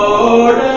Lord